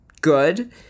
good